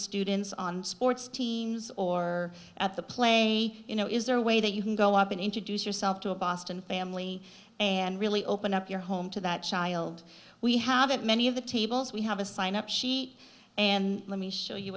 students on sports teams or at the play you know is there a way that you can go up and introduce yourself to a boston family and really open up your home to that child we have at many of the tables we have a sign up sheet and let me show you